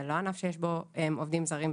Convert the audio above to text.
זה לא ענף שיש בו עובדים זרים.